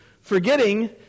Forgetting